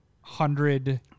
hundred